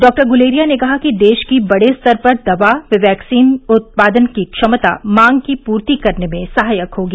doctor Guleria ने कहा कि देश की बड़े स्तर पर दवा व वैक्सीन उत्पादन की क्षमता मांग की पूर्ति करने में सहायक होगी